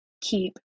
Keep